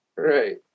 Right